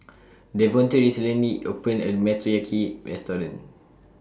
Davonte recently opened A New Motoyaki Restaurant